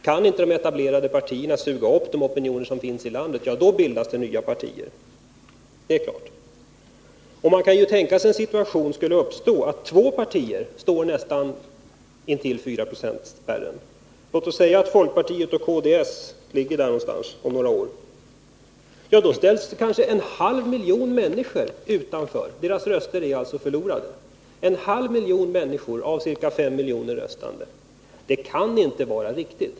Kan inte de etablerade partierna suga upp de opinioner som finns i landet, ja då bildas det självklart nya partier. Man kan ju tänka sig en situation där två partier står intill 4 procentsspärren. Låt oss säga att folkpartiet och kds ligger där någonstans om några år. Då ställs kanske en halv miljon människor utanför. Deras röster är förlorade — en halv miljon människor av ca fem miljoner röstande! Det kan inte vara riktigt.